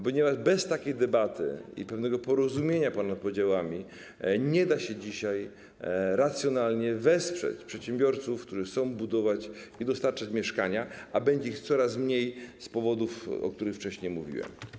Ponieważ bez takiej debaty i pewnego porozumienia ponad podziałami nie da się dzisiaj racjonalnie wesprzeć przedsiębiorców, którzy chcą budować i dostarczać mieszkania, a będzie ich coraz mniej z powodów, o których wcześniej mówiłem.